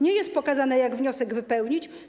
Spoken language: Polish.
Nie jest pokazane, jak wniosek wypełnić.